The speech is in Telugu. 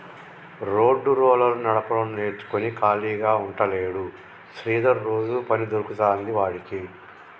రోడ్డు రోలర్ నడపడం నేర్చుకుని ఖాళీగా ఉంటలేడు శ్రీధర్ రోజు పని దొరుకుతాంది వాడికి